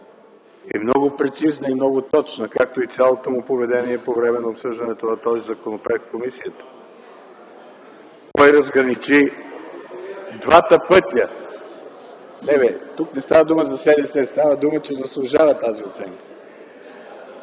е много прецизна и много точна, както и цялото му поведение по време на обсъждането на този законопроект в комисията.(Шум и реплики от ГЕРБ.) Тук не става дума за СДС, а става дума, че заслужава тази оценка.